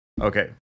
Okay